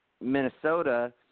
Minnesota